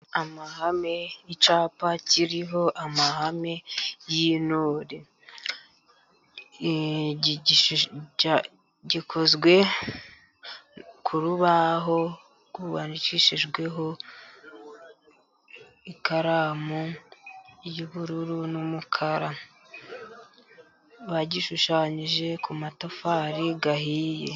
Icyapa kiriho amahame y'intore. Gikozwe ku rubaho rwandikishijweho ikaramu y'ubururu n'umukara, bagishushanyije ku matafari ahiye.